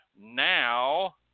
Now